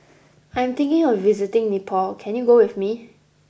I am thinking of visiting Nepal can you go with me